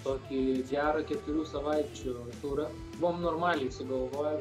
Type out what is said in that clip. tokį gerą keturių savaičių turą buvom normaliai sugalvoję